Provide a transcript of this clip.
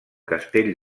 castell